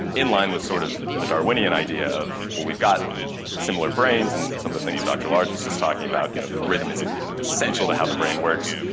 in line with sort of the darwinian idea of, well, we've got similar brains, and some of the things dr large was just talking about, you know, that rhythm is essential to how the brain works,